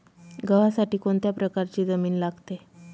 गव्हासाठी कोणत्या प्रकारची जमीन लागते?